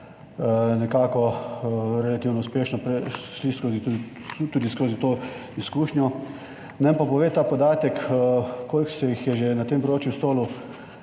nekako relativno uspešno prešli tudi skozi to izkušnjo. Nam pa pove ta podatek, koliko se jih je že na tem področju stolu